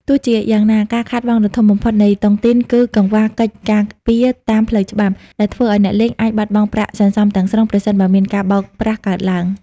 ទោះជាយ៉ាងណា ការខាតបង់ដ៏ធំបំផុតនៃតុងទីនគឺ "កង្វះកិច្ចការពារតាមផ្លូវច្បាប់" ដែលធ្វើឱ្យអ្នកលេងអាចបាត់បង់ប្រាក់សន្សំទាំងស្រុង ប្រសិនបើមានការបោកប្រាស់កើតឡើង។